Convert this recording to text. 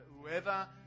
whoever